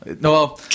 No